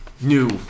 new